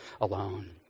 alone